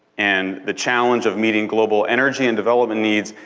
and the challenge of meeting global energy and development needs,